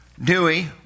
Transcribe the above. Dewey